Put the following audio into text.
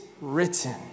written